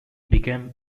became